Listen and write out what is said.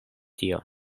tio